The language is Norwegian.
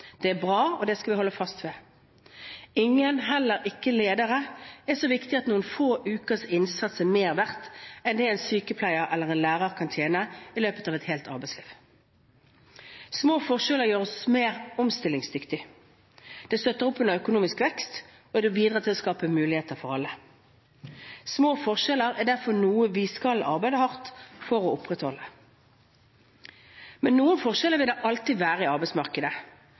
Det er bra, og det skal vi holde fast ved. Ingen, heller ikke ledere, er så viktige at noen få ukers innsats er mer verdt enn det en sykepleier eller en lærer kan tjene i løpet av et helt arbeidsliv. Små forskjeller gjør oss mer omstillingsdyktige. Det støtter opp om økonomisk vekst. Det bidrar til å skape muligheter for alle. Små forskjeller er derfor noe vi skal arbeide hardt for å opprettholde. Noen forskjeller vil det alltid være i arbeidsmarkedet.